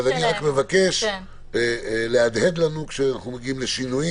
אז אני רק מבקש להדהד לנו כשאנחנו מגיעים לשינויים.